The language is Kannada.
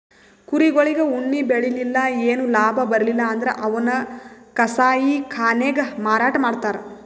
ಕುರಿಗೊಳಿಗ್ ಉಣ್ಣಿ ಬೆಳಿಲಿಲ್ಲ್ ಏನು ಲಾಭ ಬರ್ಲಿಲ್ಲ್ ಅಂದ್ರ ಅವನ್ನ್ ಕಸಾಯಿಖಾನೆಗ್ ಮಾರಾಟ್ ಮಾಡ್ತರ್